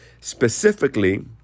Specifically